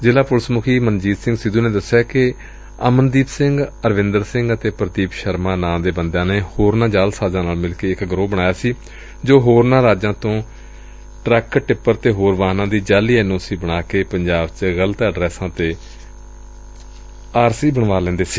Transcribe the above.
ਜ਼ਿਲਾ ਪੁਲਿਸ ਮੁਖੀ ਮਨਦੀਪ ਸਿੰਘ ਸਿੱਧੁ ਨੇ ਦਸਿਆ ਕਿ ਅਮਨਦੀਪ ਸਿੰਘ ਅਰਵਿੰਦਰ ਸਿੰਘ ਅਤੇ ਪ੍ਰਦੀਪ ਸ਼ਰਮਾ ਨਾ ਦੇ ਬੰਦਿਆ ਨੇ ਹੋਰਨਾ ਜਾਅਲਸਾਜਾ ਨਾਲ ਮਿਲ ਕੇ ਇਕ ਗਰੋਹ ਬਣਾਇਆ ਸੀ ਜੋ ਹੋਰਨਾ ਰਾਜਾਂ ਤੋਂ ਚੋਰੀ ਦੇ ਟਰੱਕ ਟਿੱਪਰ ਤੇ ਹੋਰ ਵਾਹਨਾਂ ਦੀ ਜਾਅਲੀ ਐਨ ਓ ਸੀ ਬਣਾ ਕੇ ਪੰਜਾਬ ਚ ਗ਼ਲਤ ਐਡਰੈਂਸਾਂ ਆਰ ਸੀ ਬਣਵਾ ਲੈਂਦੇ ਸੀ